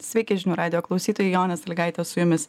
sveiki žinių radijo klausytojai jonė salygaitė su jumis